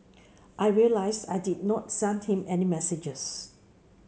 I realised I did not send him any messages